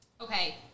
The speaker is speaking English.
okay